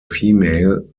female